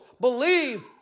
believe